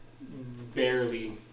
barely